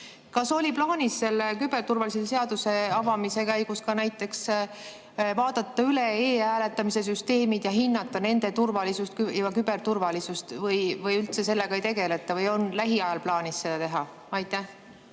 Kas oli plaanis selle küberturvalisuse seaduse avamise käigus näiteks vaadata üle e-hääletamise süsteemid ja hinnata nende küberturvalisust või sellega üldse ei tegeleta või on lähiajal plaanis seda teha? Tänan,